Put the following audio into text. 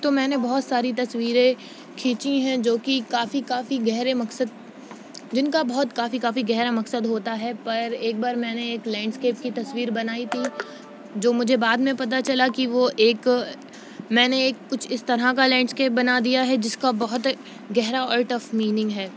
تو میں نے بہت ساری تصویریں کھینچی ہیں جو کہ کافی کافی گہرے مقصد جن کا بہت کافی کافی گہرا مقصد ہوتا ہے پر ایک بار میں نے ایک لینڈس کیپ کی تصویر بنائی تھی جو مجھے بعد میں پتہ چلا کہ وہ ایک میں نے ایک کچھ اس طرح کا لینڈس کیپ بنا دیا ہے جس کا بہت گہرا اور ٹف مینینگ ہے